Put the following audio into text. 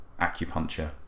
acupuncture